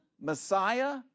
Messiah